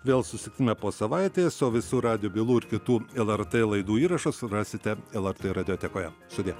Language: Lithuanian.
vėl susitime po savaitės o visų radijo bylų ir kitų lrt laidų įrašus rasite lrt radiotekoje sudie